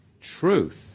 truth